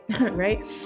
Right